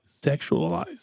sexualized